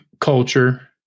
culture